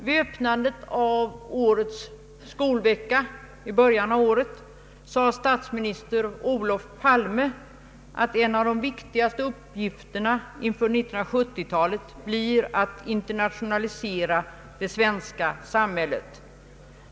Vid öppnandet av årets skolvecka i början av året sade statsminister Olof Palme att den kanske viktigaste uppgiften inför 1970-talet blir att internationalisera det svenska samhället.